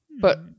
But-